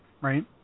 right